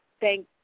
thank